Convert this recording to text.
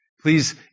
Please